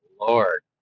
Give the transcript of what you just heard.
lord